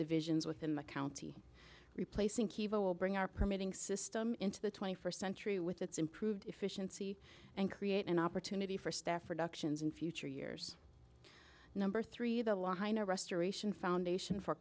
divisions within the county replacing kiva will bring our permitting system into the twenty first century with its improved efficiency and create an opportunity for staff reductions in future years number three the liner restoration foundation for